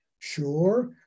Sure